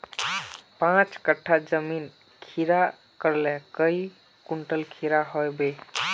पाँच कट्ठा जमीन खीरा करले काई कुंटल खीरा हाँ बई?